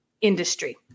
industry